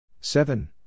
Seven